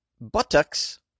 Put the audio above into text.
buttocks